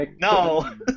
No